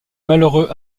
malheureux